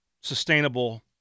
sustainable